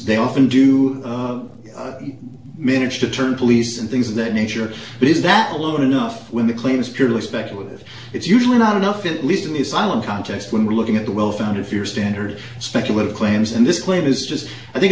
they often do manage to turn police and things of that nature but is that alone enough when the claim is purely speculative it's usually not enough at least in his island context when we're looking at the well founded fear standard specular claims and this claim is just i think